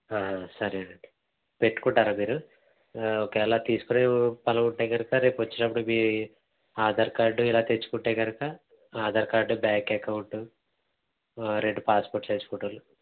సరే అండి పెట్టుకుంటారా మీరు ఒకవేళ తీసుకునే పనుంటే కనుక రేపు వచ్చినప్పుడు మీ ఆధార్ కార్డు ఇలా తెచ్చుకుంటే కనుక ఆధార్ కార్డు బ్యాంక్ అకౌంట్ రెండు పాస్పోర్ట్ సైజ్ ఫోటోలు